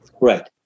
Right